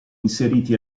inseriti